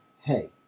hey